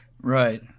Right